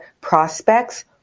prospects